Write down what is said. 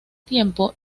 tiempo